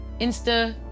Insta